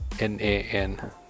Nan